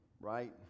right